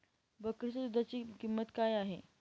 बकरीच्या दूधाची किंमत काय आहे?